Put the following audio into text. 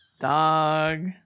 Dog